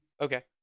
okay